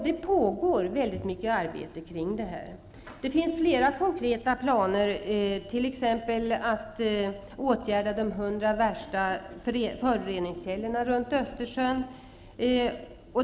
Det pågår väldigt mycket arbete kring detta. Det finns flera konkreta planer, t.ex. på att åtgärda de 100 värsta föroreningskällorna runt Östersjön.